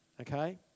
Okay